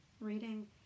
reading